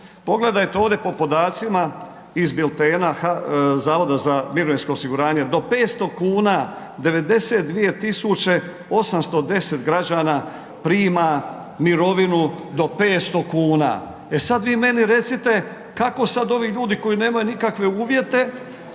Pogledajte ovdje po podacima iz biltena HZMO-a do 500 kuna 92.810 građana prima mirovinu do 500 kuna. E sada vi meni recite, kako sada ovi ljudi koji nemaju nikakve uvjete